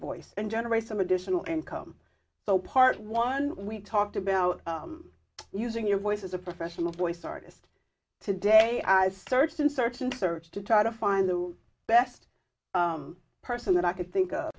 voice and generate some additional income so part one we talked about using your voice as a professional voice artist today i searched and searched and searched to try to find the best person that i could think of